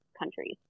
countries